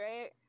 right